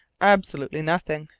absolutely nothing.